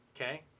Okay